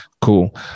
cool